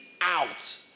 out